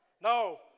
No